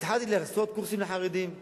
התחלתי לעשות קורסים לחרדים,